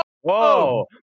Whoa